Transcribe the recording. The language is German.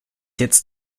jetzt